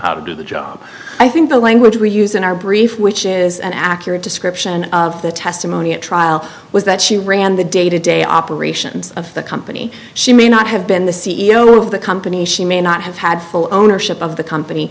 how to do the job i think the language we use in our brief which is an accurate description of the testimony at trial was that she ran the day to day operations of the company she may not have been the c e o of the company she may not have had full ownership of the company